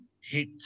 hit